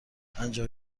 پنجاه